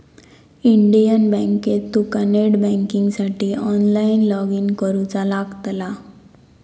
Indian बँकेत तुका net बँकिंगसाठी ऑनलाईन लॉगइन करुचा लागतला